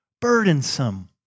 burdensome